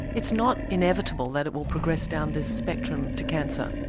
it's not inevitable that it will progress down this spectrum to cancer?